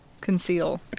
conceal